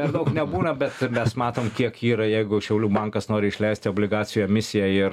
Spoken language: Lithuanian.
per daug nebūna bet mes matom kiek yra jeigu šiaulių bankas nori išleisti obligacijų emisiją ir